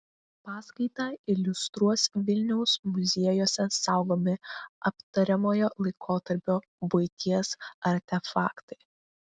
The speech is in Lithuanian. paskaitą iliustruos vilniaus muziejuose saugomi aptariamojo laikotarpio buities artefaktai